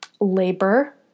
labor